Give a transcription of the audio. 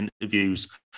interviews